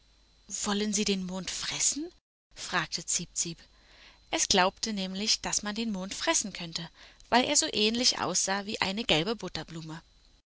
wollen sie den mond fressen fragte ziepziep es glaubte nämlich daß man den mond fressen könnte weil er so ähnlich aussah wie eine gelbe butterblume